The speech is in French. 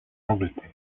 angleterre